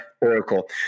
Oracle